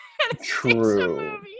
True